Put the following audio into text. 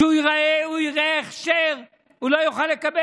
כשהוא יראה הכשר הוא לא יוכל לקבל,